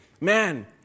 Man